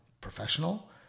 professional